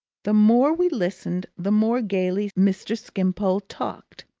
the more we listened, the more gaily mr. skimpole talked.